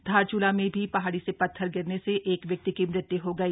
धारच्ला में भी पहाड़ी से पत्थर गिरने से एक व्यक्ति की मृत्यु हो गई